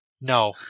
No